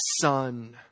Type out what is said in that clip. son